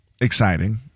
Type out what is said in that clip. exciting